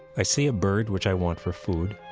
i see a bird which i want for food,